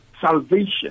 salvation